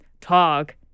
talk